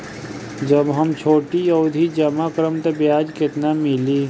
जब हम छोटी अवधि जमा करम त ब्याज केतना मिली?